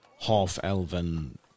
half-elven